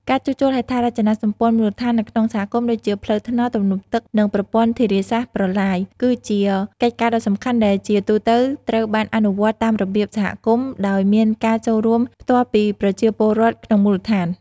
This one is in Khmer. ការជួសជុលហេដ្ឋារចនាសម្ព័ន្ធមូលដ្ឋាននៅក្នុងសហគមន៍ ដូចជាផ្លូវថ្នល់ ទំនប់ទឹក និងប្រព័ន្ធធារាសាស្ត្រ-ប្រឡាយ គឺជាកិច្ចការដ៏សំខាន់ដែលជាទូទៅត្រូវបានអនុវត្តតាមរបៀបសហគមន៍ ដោយមានការចូលរួមផ្ទាល់ពីប្រជាពលរដ្ឋក្នុងមូលដ្ឋាន។